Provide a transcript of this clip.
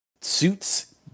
suits